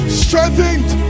strengthened